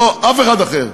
לא אף אחד אחר,